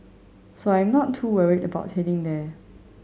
so I'm not too worried about heading there